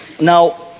Now